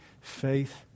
Faith